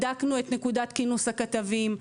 בדקנו את נקודת כינוס הכתבים.